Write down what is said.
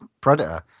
predator